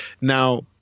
Now